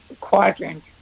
quadrant